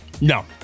no